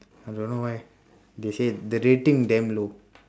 I don't know why they say the rating damn low